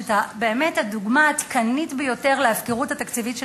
שבאמת את הדוגמה העדכנית ביותר להפקרות התקציבית של